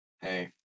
hey